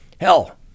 Hell